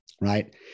right